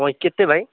କେତେ ଭାଇ